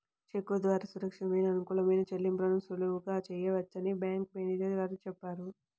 చెక్కు ద్వారా సురక్షితమైన, అనుకూలమైన చెల్లింపులను సులువుగా చేయవచ్చని బ్యాంకు మేనేజరు గారు చెప్పారు